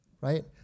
right